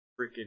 freaking